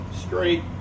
straight